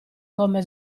come